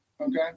okay